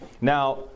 Now